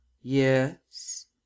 yes